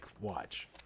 watch